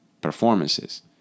performances